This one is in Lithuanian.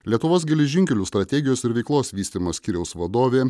lietuvos geležinkelių strategijos ir veiklos vystymo skyriaus vadovė